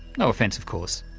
no offence of course.